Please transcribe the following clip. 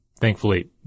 thankfully